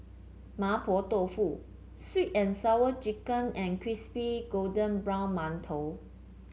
Mapo Tofu sweet and Sour Chicken and Crispy Golden Brown Mantou